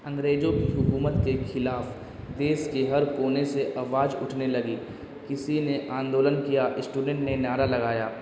انگریزوں کی حکومت کے خلاف دیس کے ہر کونے سے آواز اٹھنے لگی کسی نے آندولن کیا اسٹوڈینٹ نے نعرہ لگایا